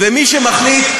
ומי שמחליט,